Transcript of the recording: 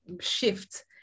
shift